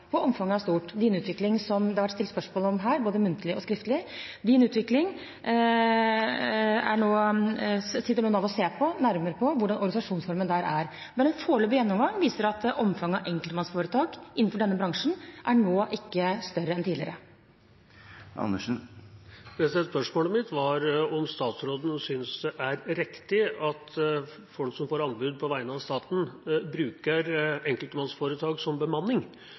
omfanget er stort – Din Utvikling – som det har vært stilt spørsmål om her, både muntlig og skriftlig. Når det gjelder Din Utvikling, ser vi nå nærmere på hvordan organisasjonsformen der er, men en foreløpig gjennomgang viser at omfanget av enkeltmannsforetak innenfor denne bransjen ikke er større nå enn tidligere. Spørsmålet mitt gjaldt om statsråden synes det er riktig at folk som får anbud på vegne av staten, bruker enkeltmannsforetak som bemanning